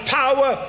power